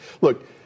Look